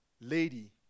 lady